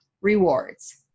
rewards